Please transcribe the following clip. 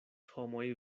homoj